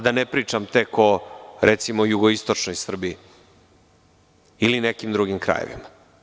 Da ne pričam tek o, recimo, jugoistočnoj Srbiji ili nekim drugim krajevima.